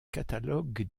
catalogues